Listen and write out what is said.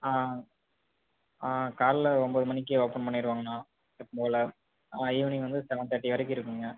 ஆ காலைல ஒரு ஒம்போது மணிக்கு ஓப்பன் பண்ணிடுவாங்கண்ணா எப்போவும் போல் ஈவினிங் வந்து சவென் தேர்ட்டி வரைக்கும் இருக்கும்ங்க